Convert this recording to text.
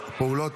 תודה.